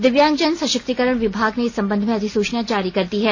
दिव्यांगजन सशक्तिकरण विभाग ने इस संबंध में अधिसूचना जारी कर दी है